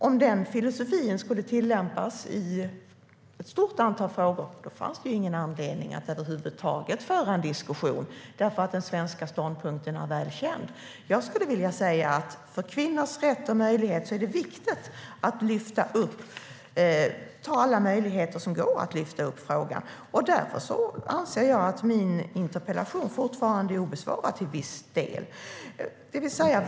Om den filosofin skulle tillämpas i ett stort antal frågor fanns det ingen anledning att över huvud taget föra någon diskussion, då den svenska ståndpunkten är väl känd. Jag skulle vilja säga att det är viktigt att ta alla möjligheter att lyfta fram frågor om kvinnors rättigheter. Därför anser jag att min interpellation fortfarande till viss del är obesvarad.